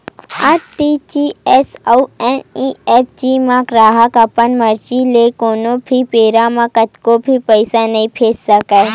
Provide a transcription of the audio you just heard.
RTGS अउ NEFT म गराहक ह अपन मरजी ले कोनो भी बेरा म कतको भी पइसा नइ भेज सकय